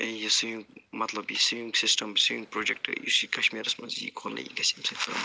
بیٚیہِ یُس یہِ مطلب یہِ سِوِنٛگ سِسٹَم سِوِنٛگ پروجکٹ یُس یہِ کَشمیٖرَس منٛز یِیہِ کھولنہٕ یہِ گژھِ أمۍ سۭتۍ پرموٹ